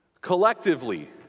Collectively